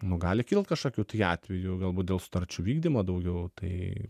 nu gali kilt kažkokių tai atvejų galbūt dėl sutarčių vykdymo daugiau tai